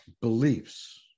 beliefs